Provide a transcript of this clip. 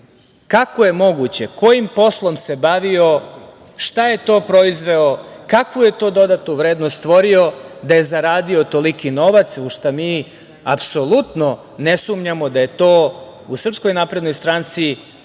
Kako je moguće? Kojim se poslom bavio? Šta je to proizveo? Kakvu je tu dodatu vrednost stvorio da je zaradio toliki novac, u šta mi apsolutno ne sumnjamo da je to u Srpskoj naprednoj stranci stvoreno